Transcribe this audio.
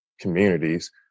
communities